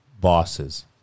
bosses